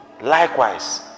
Likewise